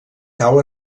cau